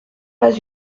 pas